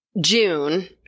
June